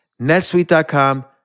netsuite.com